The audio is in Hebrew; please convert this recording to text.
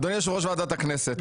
אדוני יושב-ראש ועדת הכנסת,